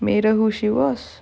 made her who she was